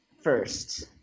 first